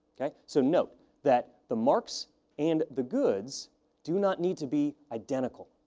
okay, so note that the marks and the goods do not need to be identical,